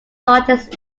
largest